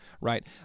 right